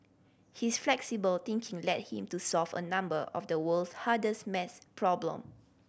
his flexible thinking led him to solve a number of the world's hardest maths problem